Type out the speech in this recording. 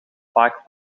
vaak